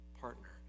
partner